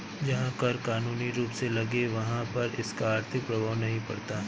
जहां कर कानूनी रूप से लगे वहाँ पर इसका आर्थिक प्रभाव नहीं पड़ता